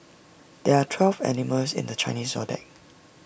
there are twelve animals in the Chinese Zodiac